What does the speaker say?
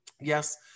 Yes